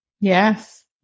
Yes